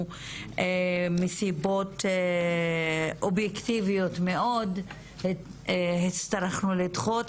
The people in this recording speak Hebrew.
מסיבות אובייקטיביות מאוד הצטרכנו לדחות,